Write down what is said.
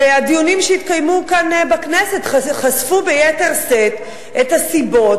והדיונים שהתקיימו כאן בכנסת חשפו ביתר שאת את הסיבות